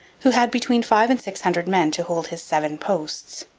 who had between five and six hundred men to hold his seven posts.